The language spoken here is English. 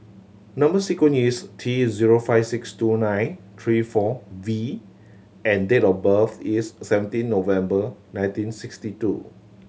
number sequence is T zero five six two nine three four V and date of birth is seventeen November nineteen sixty two